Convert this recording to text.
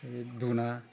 धुना